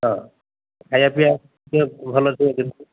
ହଁ ଖାଇବା ପିଇବା ଟିକେ ଭଲ୍ସେ